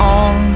on